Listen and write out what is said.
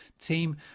team